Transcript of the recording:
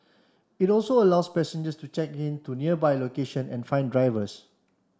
it also allows passengers to check in to nearby location and find drivers